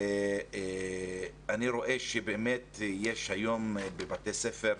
ואני רואה שמדגישים היום בבתי ספר,